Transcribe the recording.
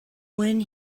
when